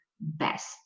best